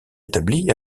établis